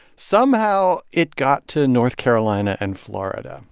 somehow, it got to north carolina and florida.